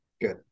Good